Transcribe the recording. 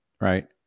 right